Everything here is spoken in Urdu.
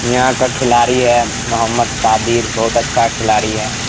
یہاں کا کھلاڑی ہے محمد صابر بہت اچھا کھلاڑی ہے